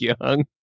young